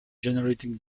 generating